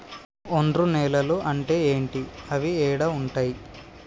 ఒండ్రు నేలలు అంటే ఏంటి? అవి ఏడ ఉంటాయి?